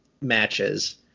matches